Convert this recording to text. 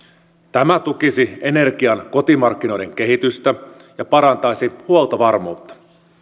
tämä tukisi energian kotimarkkinoiden kehitystä ja parantaisi huoltovarmuutta